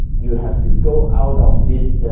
you have to go out of this